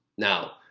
now,